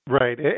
Right